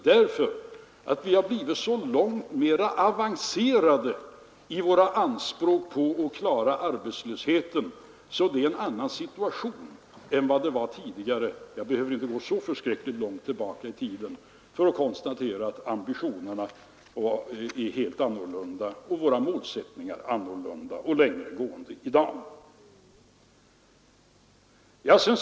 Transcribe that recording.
Vi har nämligen nu blivit mycket mera avancerade i våra anspråk på att klara arbetslösheten, och därför är situationen i dag en annan än den var tidigare. Jag behöver inte gå så särskilt långt tillbaka i tiden för att konstatera att ambitionerna nu är helt annorlunda och våra målsättningar är helt annorlunda och längre gående än de var tidigare.